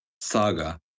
saga